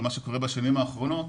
על מה שקורה בשנים האחרונות,